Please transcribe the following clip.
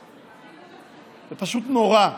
זה פשוט נורא,